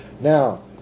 Now